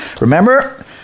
Remember